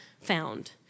found